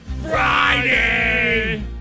Friday